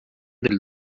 del